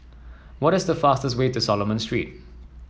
what is the fastest way to Solomon Street